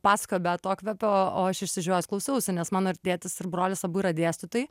pasakojo be atokvėpio o aš išsižiojus klausiausi nes mano tėtis ir brolis abu yra dėstytojai